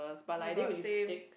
oh-my-god same